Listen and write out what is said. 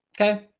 Okay